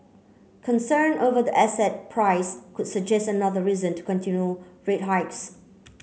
concern over the asset price could suggest another reason to continue rate hikes